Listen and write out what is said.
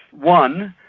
one,